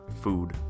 food